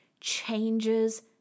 changes